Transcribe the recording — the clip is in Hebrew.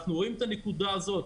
אנחנו רואים את הנקודה הזאת.